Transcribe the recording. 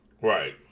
right